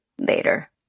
later